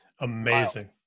amazing